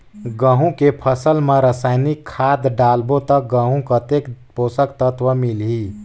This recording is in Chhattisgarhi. गंहू के फसल मा रसायनिक खाद डालबो ता गंहू कतेक पोषक तत्व मिलही?